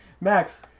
Max